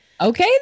Okay